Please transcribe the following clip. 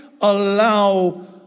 allow